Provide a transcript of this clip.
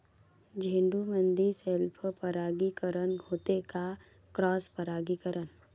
झेंडूमंदी सेल्फ परागीकरन होते का क्रॉस परागीकरन?